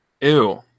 Ew